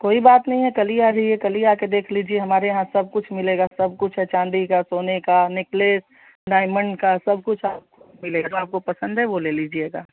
कोई बात नहीं है कल ही आ जाइए कल ही आकर देख लीजिए हमारे यहाँ सब कुछ मिलेगा सब कुछ है चाँदी का सोने का नेकलेस डायमंड का सब कुछ मिलेगा जो आपको पसंद है वह ले लीजिएगा